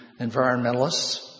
environmentalists